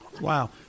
Wow